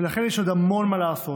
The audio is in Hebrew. ולכן יש עוד המון מה לעשות,